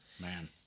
Man